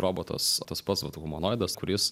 robotas tas pats vat humanoidas kuris